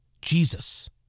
Jesus